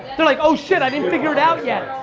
they're like, oh shit, i didn't figure it out yet,